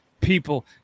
people